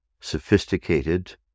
sophisticated